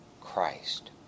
Christ